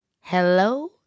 Hello